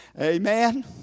Amen